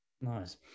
Nice